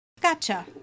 Gotcha